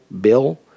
bill